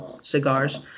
cigars